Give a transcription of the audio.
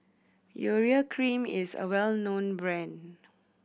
Urea Cream is a well known brand